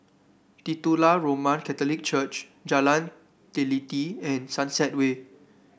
Titular Roman Catholic Church Jalan Teliti and Sunset Way